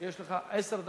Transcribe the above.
כן, אתה רשום.